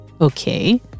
Okay